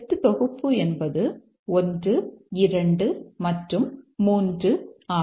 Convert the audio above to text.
test தொகுப்பு என்பது 1 2 மற்றும் 3 ஆகும்